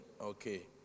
Okay